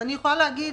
אני יכולה להגיד